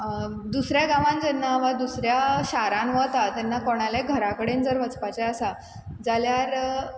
दसऱ्या गांवान जेन्ना वा दुसऱ्या शारान वता तेन्ना कोणालें घरा कडेन जर वचपाचें आसा जाल्यार